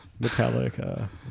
Metallica